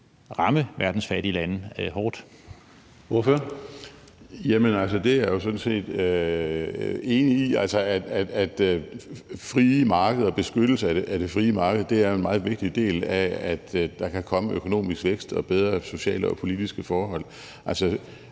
16:17 Henrik Dahl (LA): Jamen det er jeg sådan set enig i. Altså, at frie markeder beskyttes af det frie marked, er jo en meget vigtig del af, at der kan komme økonomisk vækst og bedre sociale og politiske forhold.